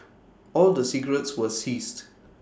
all the cigarettes were seized